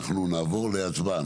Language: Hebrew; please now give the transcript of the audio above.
אנחנו נעבור להצבעה.